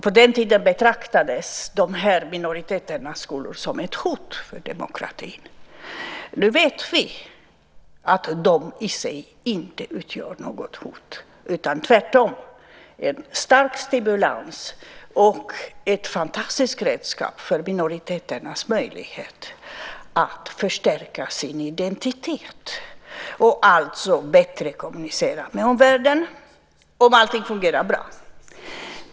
På den tiden betraktades de här minoritetsskolorna som ett hot mot demokratin. Nu vet vi att de i sig inte utgör något hot utan tvärtom är en stark stimulans och ett fantastiskt redskap för minoriteternas möjligheter att förstärka sin identitet och alltså bättre kommunicera med omvärlden, om allting fungerar bra.